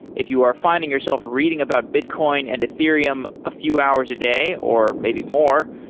if you are finding yourself reading about bitcoin and ethereum a few hours a day, or maybe more,